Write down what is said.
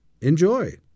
Enjoy